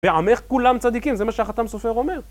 בעמך כולם צדיקים, זה מה שהחתם סופר אומר.